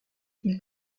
ils